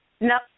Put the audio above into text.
No